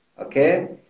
Okay